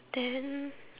then